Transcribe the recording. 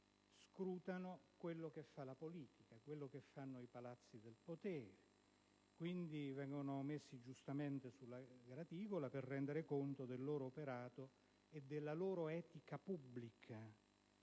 tutto quello che fa la politica, quello che fanno i palazzi del potere. Quindi, vengono messi giustamente sulla graticola per rendere conto del loro operato e della loro etica pubblica.